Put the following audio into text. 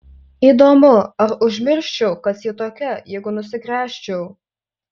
įdomu ar užmirščiau kas ji tokia jeigu nusigręžčiau